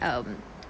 um